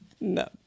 No